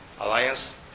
Alliance